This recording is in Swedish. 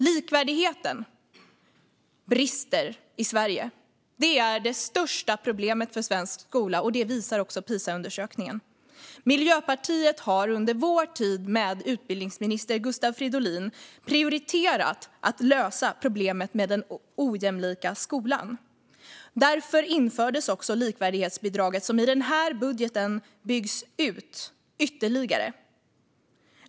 Likvärdigheten brister i Sverige. Det är det största problemet för svensk skola, och det visar också PISA-undersökningen. Vi i Miljöpartiet har under vår tid med utbildningsminister Gustav Fridolin prioriterat att lösa problemet med den ojämlika skolan. Därför infördes också likvärdighetsbidraget, som i den här budgeten byggs ut ytterligare.